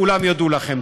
כולם יודו לכם.